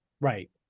Right